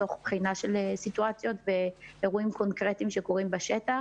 תוך בחינה של סיטואציות ואירועים קונקרטיים שקורים בשטח.